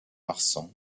marsan